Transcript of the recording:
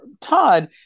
Todd